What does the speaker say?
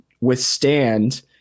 withstand